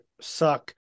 suck